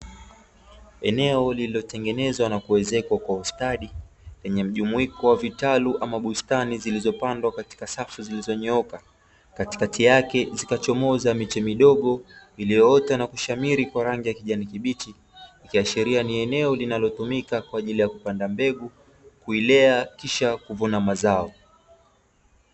Eneo lililotengenezwa na kuezekwa kwa ustadi, lenye mjumuiko wa vitalu ama bustani zilizopandwa katika safu zilizonyooka, katikati yake zikachomoza miche midogo iliyoota na kushamiri kwa rangi ya kijani kibichi, ikiashiria ni eneo linalotumika kwa ajili ya kupanda mbegu, kuilea kisha kuvuna mazao.